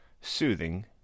soothing